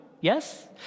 yes